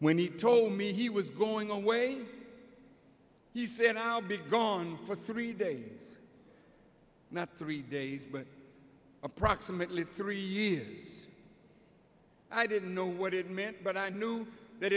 when he told me he was going away he said i'll be gone for three days not three days approximately three years i didn't know what it meant but i knew that